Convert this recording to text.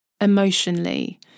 emotionally